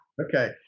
Okay